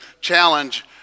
challenge